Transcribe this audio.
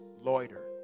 loiter